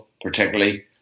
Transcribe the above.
particularly